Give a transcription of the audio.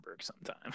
sometime